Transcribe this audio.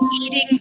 eating